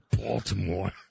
Baltimore